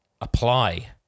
apply